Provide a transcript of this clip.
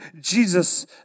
Jesus